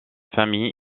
famille